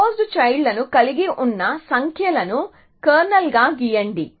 closed child లను కలిగి ఉన్న సంఖ్యలను కెర్నల్గా గీయండి